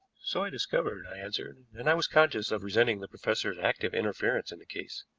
so i discovered, i answered, and i was conscious of resenting the professor's active interference in the case.